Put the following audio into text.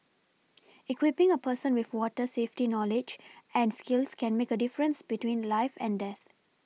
equipPing a person with water safety knowledge and skills can make a difference between life and death